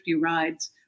rides